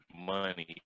money